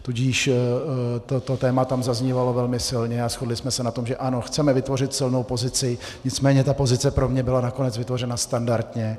Tudíž toto téma tam zaznívalo velmi silně a shodli jsme se na tom, že ano, chceme vytvořit silnou pozici, nicméně ta pozice pro mě byla nakonec vytvořena standardně.